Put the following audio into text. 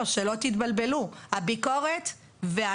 אז תחסכו לי את הזמן של